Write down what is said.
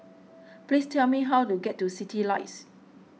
please tell me how to get to Citylights